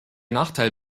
nachteil